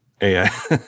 AI